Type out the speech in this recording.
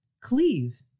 Cleave